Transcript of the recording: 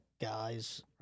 guys